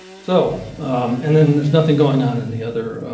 so and then there's nothing going on in the other